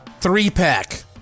three-pack